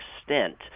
extent